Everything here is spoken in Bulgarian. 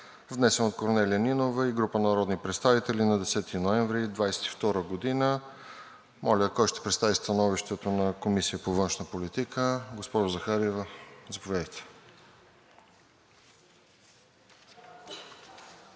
Внесен е от Корнелия Нинова и група народни представители на 10 ноември 2022 г. Моля, кой ще представи становището на Комисията по външна политика? Госпожо Захариева, заповядайте. ДОКЛАДЧИК